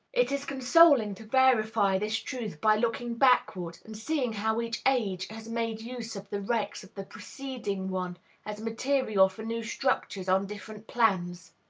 it is consoling to verify this truth by looking backward, and seeing how each age has made use of the wrecks of the preceding one as material for new structures on different plans.